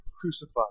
crucified